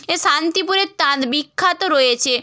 এ শান্তিপুরের তাঁত বিখ্যাত রয়েছে